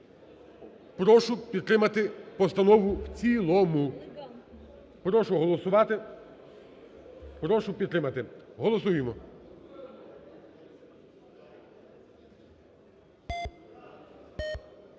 прошу підтримати постанову в цілому. Прошу голосувати, прошу підтримати. Голосуємо.